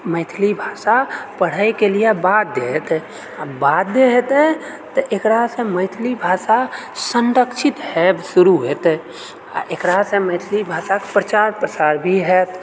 मैथिली भाषा पढ़एके लिअऽ बाध्य हेतै आ बाध्य हेतै तऽ एकरासँ मैथिली भाषा संरक्षित होएब शुरू हेतै आ एकरासँ मैथिली भाषाके प्रचार प्रसार भी हाएत